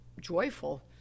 joyful